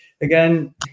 again